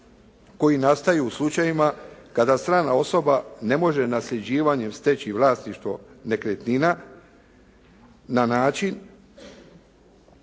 koji nastaju u slučajevima kada strana osoba ne može nasljeđivanjem steći vlasništvo nekretnina na način